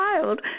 child